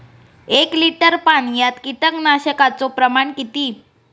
एक लिटर पाणयात कीटकनाशकाचो प्रमाण किती?